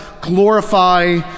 Glorify